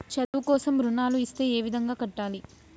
చదువు కోసం రుణాలు ఇస్తే ఏ విధంగా కట్టాలి?